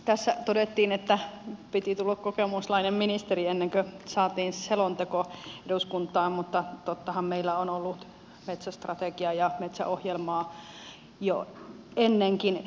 tässä todettiin että piti tulla kokoomuslainen ministeri ennen kuin saatiin selonteko eduskuntaan mutta tottahan meillä on ollut metsästrategiaa ja metsäohjelmaa jo ennenkin